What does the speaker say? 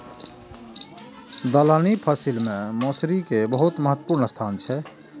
दलहनी फसिल मे मौसरी के बहुत महत्वपूर्ण स्थान छै